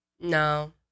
No